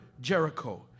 Jericho